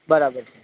બરાબર છે